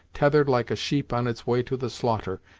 tethered like a sheep on its way to the slaughter,